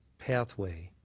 pathway?